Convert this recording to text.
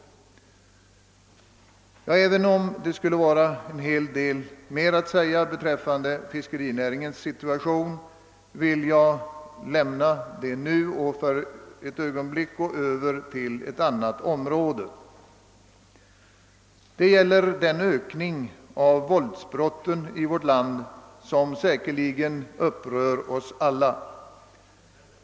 Det finns mycket mer att säga om fiskerinäringens situation, men jag lämnar ändå denna fråga ett ögonblick och går över till ett annat område. Det gäller den ökning av våldsbrotten i vårt land som upprör oss alla.